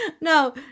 No